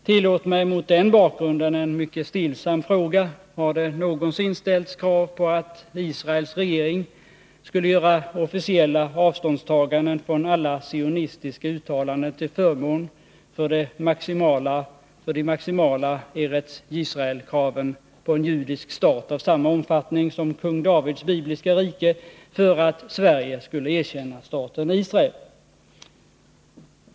Tillåt mig mot den bakgrunden en mycket stillsam fråga: Har det någonsin ställts krav på att Israels regering skall göra officiella avståndstaganden från alla sionistiska uttalanden till förmån för de maximala Eretz Yisrael-kraven på en judisk stat av samma omfattning som kung Davids bibliska rike, för att Sverige skulle erkänna staten Israel?